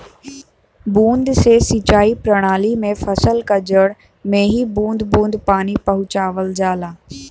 बूंद से सिंचाई प्रणाली में फसल क जड़ में ही बूंद बूंद पानी पहुंचावल जाला